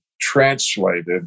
translated